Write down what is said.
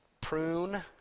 prune